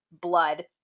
blood